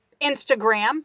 instagram